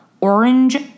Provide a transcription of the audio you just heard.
orange